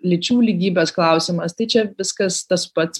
lyčių lygybės klausimas tai čia viskas tas pats